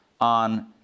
on